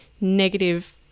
negative